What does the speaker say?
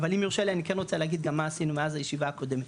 אבל אם יורשה לי אני כן רוצה להגיד גם מה עשינו מאז הישיבה הקודמת,